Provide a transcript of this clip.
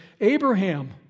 Abraham